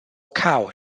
cow